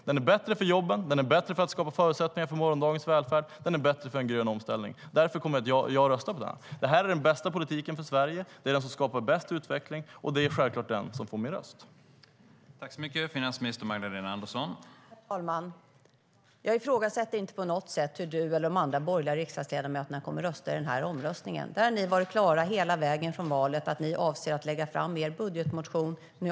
Den är bättre för jobben, bättre för att skapa förutsättningar för morgondagens välfärd och den är bättre för en grön omställning. Därför kommer jag att rösta på den. Det är den bästa politiken för Sverige som skapar bäst utveckling, och det är självklart den som får min röst.